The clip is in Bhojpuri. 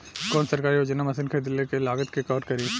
कौन सरकारी योजना मशीन खरीदले के लागत के कवर करीं?